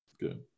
Good